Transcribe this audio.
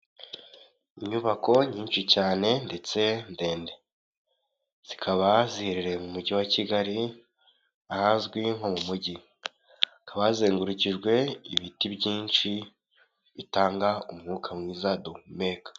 Inyubako nyinshi cyane ndetse ndende zikaba ziherereye mu mujyi wa Kigali, ahazwi nko mu mujyi hakaba bazengurukijwe ibiti byinshi bitanga umwuka mwiza duhumeka.